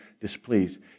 displeased